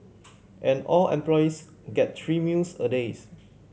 and all employees get three meals a days